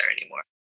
anymore